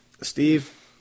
Steve